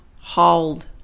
hold